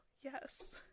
yes